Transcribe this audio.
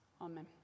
Amen